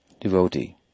devotee